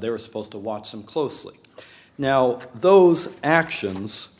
they were supposed to watch him closely now those actions